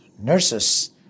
nurses